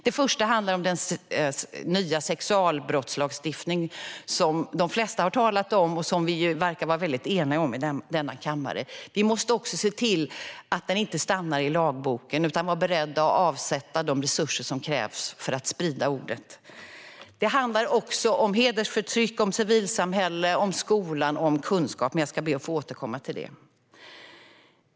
Det första handlar om den nya sexualbrottslagstiftning som de flesta har talat om och som vi verkar vara väldigt eniga om i denna kammare. Vi måste också se till att den inte stannar i lagboken utan vara beredda att avsätta de resurser som krävs för att sprida ordet. Det handlar också om hedersförtryck, om civilsamhället, om skolan och om kunskap. Jag ska be att få återkomma till detta.